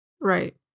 right